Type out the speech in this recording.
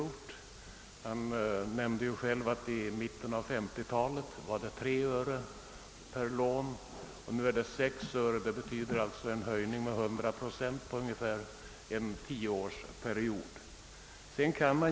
Herr Arvidson nämnde emellertid själv att ersättningen i mitten av 1950-talet var 3 öre per lån, medan den nu är 6 öre. Det innebär en höjning med 100 procent på ungefär tio år.